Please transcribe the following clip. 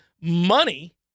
money